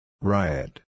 Riot